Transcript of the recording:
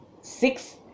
six